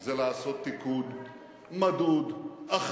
זה לעשות תיקון מדוד, הכנסת.